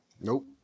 Nope